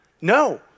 No